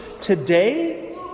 today